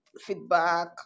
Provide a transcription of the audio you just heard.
feedback